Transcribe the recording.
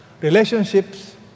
Relationships